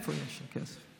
איפה יש כסף?